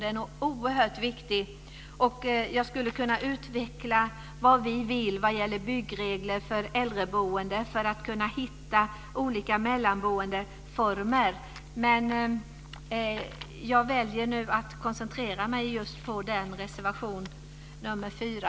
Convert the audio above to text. Den är oerhört viktig. Jag skulle kunna utveckla vad vi vill när det gäller byggregler för äldreboende, för att kunna hitta olika mellanboendeformer. Men jag har, som jag sade, valt att koncentrera mig på reservation nr 4.